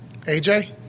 AJ